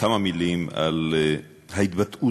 כמה מילים על ההתבטאות